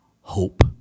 hope